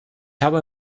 habe